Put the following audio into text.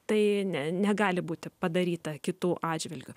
tai ne negali būti padaryta kitų atžvilgiu